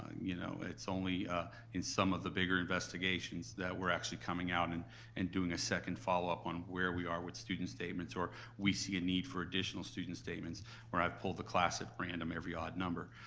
you know it's only in some of the bigger investigations that we're actually coming out and and doing a second follow up on where we are with student statements, or we see a need for additional student statements where i've pulled the class at random, every odd number.